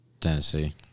Tennessee